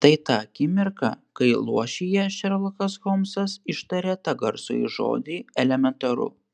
tai ta akimirka kai luošyje šerlokas holmsas ištaria tą garsųjį žodį elementaru